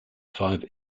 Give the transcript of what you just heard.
five